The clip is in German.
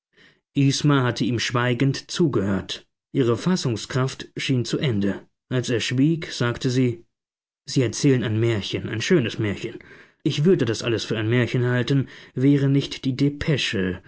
isma hatte ihm schweigend zugehört ihre fassungskraft schien zu ende als er schwieg sagte sie sie erzählen ein märchen ein schönes märchen ich würde das alles für ein märchen halten wäre nicht die depesche